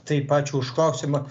taip ačiū už klausimą